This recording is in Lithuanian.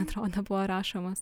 atrodo buvo rašomas